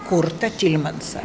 kurtą tilimansą